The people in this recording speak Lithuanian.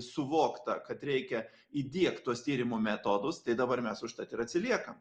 suvokta kad reikia įdiegt tuos tyrimo metodus tai dabar mes užtat ir atsiliekam